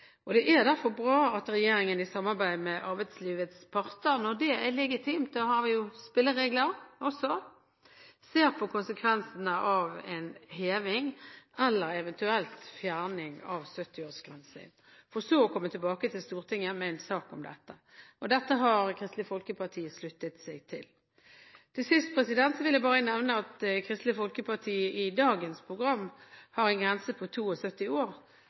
utvidet. Det er derfor bra at regjeringen i samarbeid med arbeidslivets parter når det er legitimt – der har vi jo spilleregler også – ser på konsekvensene av en heving eller eventuelt fjerning av 70-årsgrensen, for så å komme tilbake til Stortinget med en sak om dette. Dette har Kristelig Folkeparti sluttet seg til. Til sist vil jeg bare nevne at Kristelig Folkeparti i dagens program har en grense på 72 år.